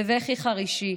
בבכי חרישי,